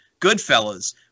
Goodfellas